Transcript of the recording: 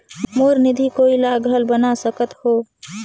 मोर निधि कोई ला घल बना सकत हो?